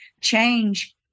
change